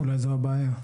אולי זו הבעיה.